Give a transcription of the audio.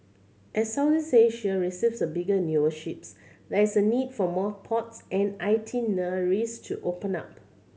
as Southeast Asia receives bigger and newer ships there's a need for more ports and itineraries to open up